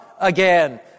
again